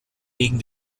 wegen